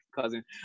cousin